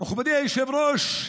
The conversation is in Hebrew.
מכובדי היושב-ראש,